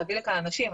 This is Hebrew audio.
להביא לכאן אנשים,